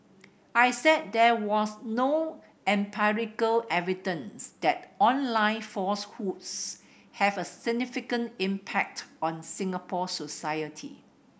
I said there was no empirical evidence that online falsehoods have a significant impact on Singapore society